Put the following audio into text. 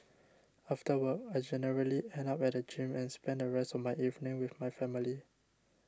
after work I generally end up at the gym and spend the rest of my evening with my family